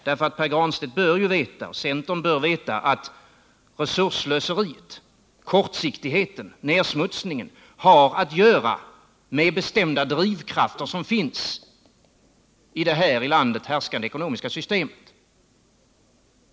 Pär Granstedt och centern bör veta att resursslöseriet, kortsiktigheten och nedsmutsningen har att göra med bestämda drivkrafter som finns i det här i landet härskande ekonomiska systemet.